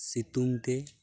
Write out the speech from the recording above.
ᱥᱤᱛᱩᱝᱛᱮ